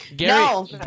No